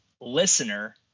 listener